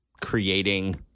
creating